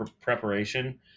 preparation